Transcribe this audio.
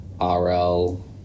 RL